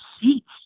seats